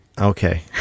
okay